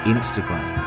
Instagram